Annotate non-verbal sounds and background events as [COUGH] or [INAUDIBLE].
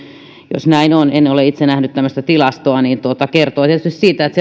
jos näin on en ole itse nähnyt tämmöistä tilastoa niin silloin se kertoo tietysti siitä että [UNINTELLIGIBLE]